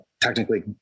technically